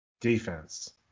Defense